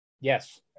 Yes